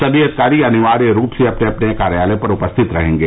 सभी अधिकारी अनिवार्य रूप से अपने अपने कार्यालय पर उपस्थित रहेंगे